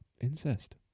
Incest